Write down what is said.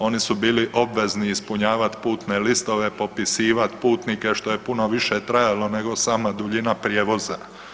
Oni su bili obvezni ispunjavati putne listove, popisivati putnike što je puno više trajalo nego sama duljina prijevoza.